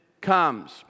comes